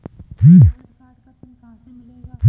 Debit card का PIN कहां से मिलेगा?